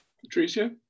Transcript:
Patricia